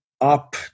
up